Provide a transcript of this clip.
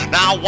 Now